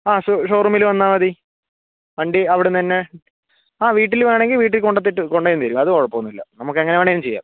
ആ ഷോറൂമിൽ വന്നാൽമതി വണ്ടി അവിടെ നിന്നുതന്നെ ആ വീട്ടിൽ വേണമെങ്കിൽ വീട്ടിൽ കൊണ്ടുവന്നിട്ട് കൊണ്ടുതരും അത് കുഴപ്പമൊന്നുമില്ല നമുക്ക് എങ്ങനെ വേണമെങ്കിലും ചെയ്യാം